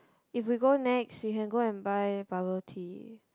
if we go Nex we can go and buy bubble tea